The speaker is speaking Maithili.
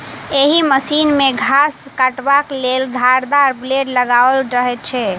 एहि मशीन मे घास काटबाक लेल धारदार ब्लेड लगाओल रहैत छै